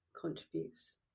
contributes